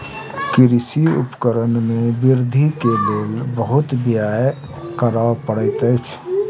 कृषि उपकरण में वृद्धि के लेल बहुत व्यय करअ पड़ैत अछि